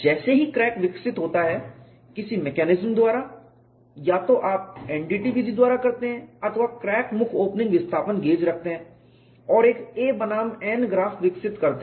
जैसे ही क्रैक विकसित होता है किसी मैकेनिज्म द्वारा या तो आप NDT विधि द्वारा करते हैं अथवा क्रैक मुख ओपनिंग विस्थापन गेज रखते हैं और एक a बनाम N ग्राफ विकसित करते हैं